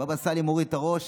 בבא סאלי מוריד את הראש,